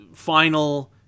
final